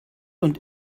und